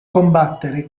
combattere